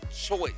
choice